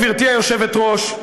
גברתי היושבת-ראש,